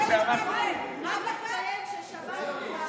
עם הפוש של 13 נגמור את הסאגה.